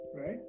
right